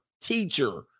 teacher